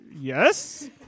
yes